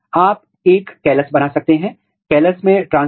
इसको करने का एक तरीका है एनहांसर ट्रैपिंग